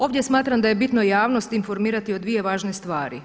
Ovdje smatram da je bitno javnost informirati o dvije važne stvari.